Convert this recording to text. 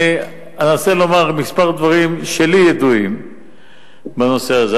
אני אנסה לומר כמה דברים שידועים לי בנושא הזה.